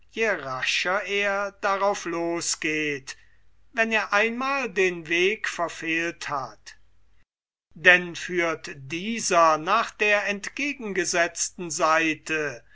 darauf losgeht wenn er einmal den weg verfehlt hat denn führt dieser nach der entgegengesetzten seite